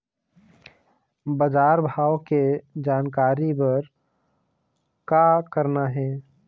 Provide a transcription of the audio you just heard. बजार भाव के जानकारी बर का करना हे?